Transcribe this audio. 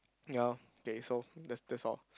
ya okay so that's that's all